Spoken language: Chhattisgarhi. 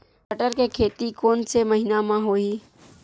बटर के खेती कोन से महिना म होही?